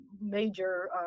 major